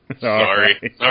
Sorry